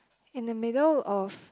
in the middle of